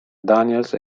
daniels